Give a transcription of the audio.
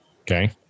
Okay